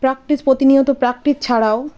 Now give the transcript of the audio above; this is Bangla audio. প্রাকটিস প্রতিনিয়ত প্রাকটিছ ছাড়াও